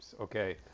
Okay